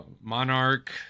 monarch